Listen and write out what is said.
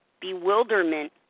bewilderment